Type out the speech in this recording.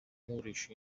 moorish